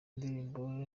indirimbo